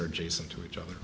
they're jason to each other